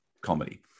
comedy